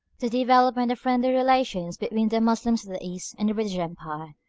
the development of friendly relations between the moslems of the east and the british empire.